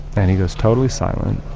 and he goes totally silent.